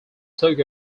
took